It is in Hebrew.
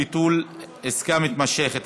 ביטול עסקה מתמשכת),